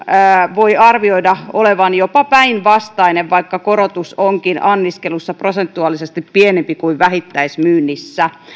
voi arvioida olevan jopa päinvastainen vaikka korotus onkin anniskelussa prosentuaalisesti pienempi kuin vähittäismyynnissä